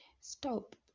stop